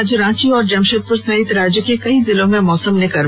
आज रांची और जमशेदपुर सहित राज्य के कई जिलों में मौसम ने करवट ली है